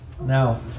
Now